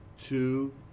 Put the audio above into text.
two